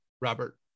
Robert